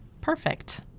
Perfect